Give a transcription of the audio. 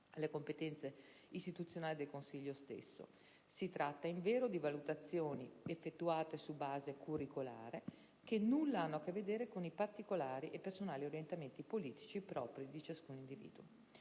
alle competenze istituzionali del Consiglio stesso. Si tratta, invero, di valutazioni effettuate su base curriculare, che nulla hanno a che vedere con i particolari e personali orientamenti politici propri di ciascun individuo.